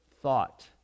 thought